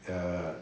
err